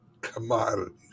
commodities